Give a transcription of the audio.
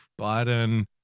Biden